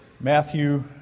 Matthew